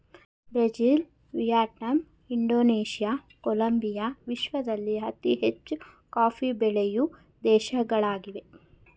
Brazil, Vietnam, Indonesia, Colombia ವಿಶ್ವದಲ್ಲಿ ಅತಿ ಹೆಚ್ಚು ಕಾಫಿ ಬೆಳೆಯೂ ದೇಶಗಳಾಗಿವೆ